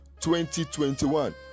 2021